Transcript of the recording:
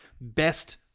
best